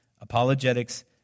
Apologetics